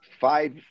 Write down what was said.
five